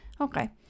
Okay